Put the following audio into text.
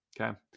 Okay